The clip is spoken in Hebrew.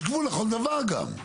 יש גבול לכל דבר גם.